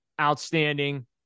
outstanding